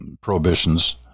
prohibitions